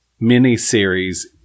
miniseries